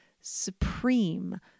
supreme